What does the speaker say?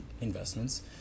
investments